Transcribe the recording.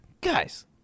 Guys